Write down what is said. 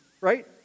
right